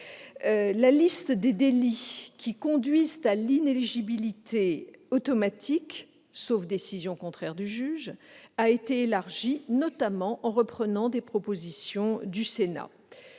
La liste des délits conduisant à l'inéligibilité automatique, sauf décision contraire du juge, a été élargie, notamment en reprenant des propositions du Sénat.